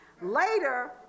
Later